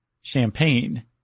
champagne